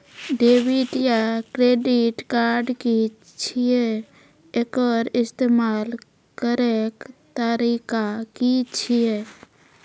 Debit या credit card की छियै? एकर इस्तेमाल करैक तरीका की छियै?